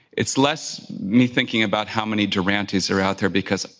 it's less me thinking about how many durantys are out there, because